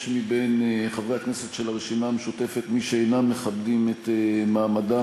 יש מבין חברי הכנסת של הרשימה המשותפת מי שאינם מכבדים את מעמדם